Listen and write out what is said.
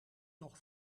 nog